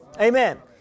Amen